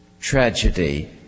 tragedy